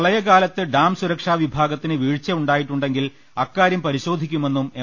പ്രളയകാ ലത്ത് ഡാംസുരക്ഷാ വിഭാഗത്തിന് വീഴ്ച ഉണ്ടായിട്ടുണ്ടെങ്കിൽ അക്കാര്യം പരി ശോധിക്കുമെന്നും എം